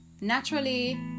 naturally